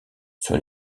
sur